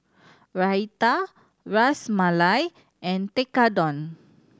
Raita Ras Malai and Tekkadon